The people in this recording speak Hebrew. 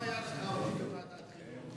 לא היית יושב-ראש ועדת החינוך,